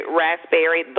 raspberry